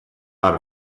out